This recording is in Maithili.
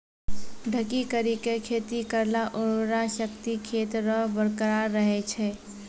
ढकी करी के खेती करला उर्वरा शक्ति खेत रो बरकरार रहे छै